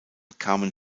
kamen